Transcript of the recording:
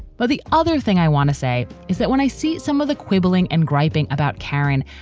but the other thing i want to say is that when i see some of the quibbling and griping about karen,